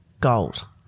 gold